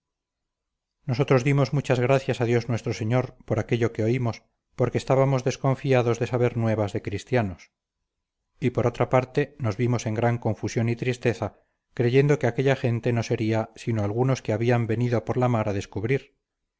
nosotros dimos muchas gracias a dios nuestro señor por aquello que oímos porque estábamos desconfiados de saber nuevas de cristianos y por otra parte nos vimos en gran confusión y tristeza creyendo que aquella gente no sería sino algunos que habían venido por la mar a descubrir